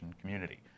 community